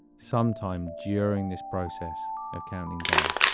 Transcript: sometime during this process of counting down,